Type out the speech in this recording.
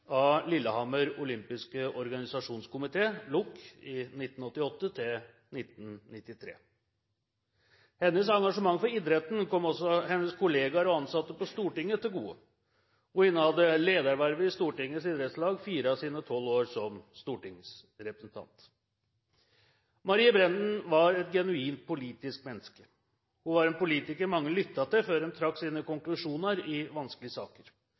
Lillehammer olympiske organisasjonskomité, LOOC, i 1988–1993. Hennes engasjement for idretten kom også hennes kolleger og ansatte på Stortinget til gode. Hun innehadde ledervervet i Stortingets idrettslag fire av sine tolv år som stortingsrepresentant. Marie Brenden var et genuint politisk menneske. Hun var en politiker mange lyttet til før de trakk sine konklusjoner i vanskelige saker.